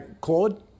Claude